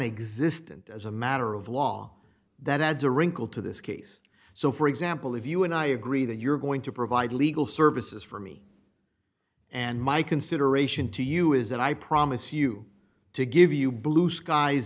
existent as a matter of law that adds a wrinkle to this case so for example if you and i agree that you're going to provide legal services for me and my consideration to you is that i promise you to give you blue skies